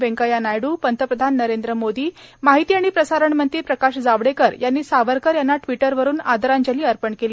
व्यंकय्या नायड्र पंतप्रधान नरेंद्र मोदी माहिती आणि प्रसारण मंत्री प्रकाश जावडेकर यांनी सावरकर यांना ट्विटरवरून आदरांजली अर्पण केली